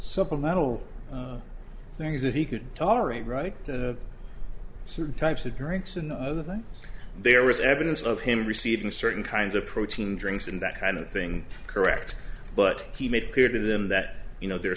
supplemental things that he couldn't tolerate right certain types of drinks and other than there was evidence of him receiving certain kinds of protein drinks and that kind of thing correct but he made it clear to them that you know there are